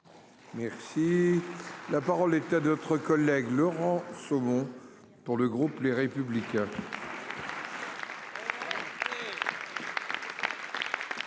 Merci la parole est à d'autres collègues Laurent Somon pour le groupe Les Républicains.